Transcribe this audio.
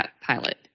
pilot